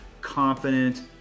confident